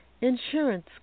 insurance